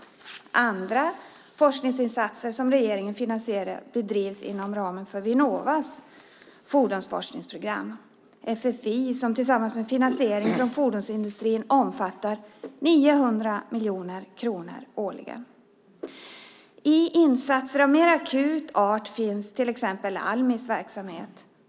Andra forskningsinsatser som regeringen finansierar bedrivs inom ramen för Vinnovas fordonsforskningsprogram FFI som tillsammans med finansieringen från fordonsindustrin omfattar 900 miljoner kronor årligen. I insatser av mer akut art finns till exempel Almis verksamhet.